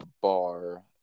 bar